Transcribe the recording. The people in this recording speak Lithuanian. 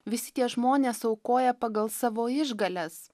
visi tie žmonės aukoja pagal savo išgales